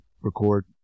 record